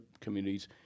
communities